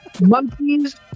Monkeys